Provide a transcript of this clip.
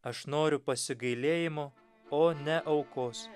aš noriu pasigailėjimo o ne aukos